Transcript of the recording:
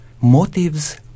motives